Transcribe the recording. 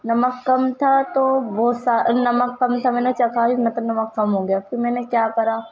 نمک کم تھا تو بہت سارا نمک کم تھا میں نے چکھا بھی مطلب نمک کم ہو گیا پھر میں نے کیا کرا